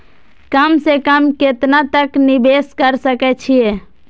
कम से कम केतना तक निवेश कर सके छी ए?